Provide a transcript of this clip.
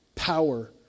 power